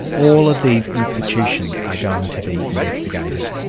all of these institutions are going to be investigated.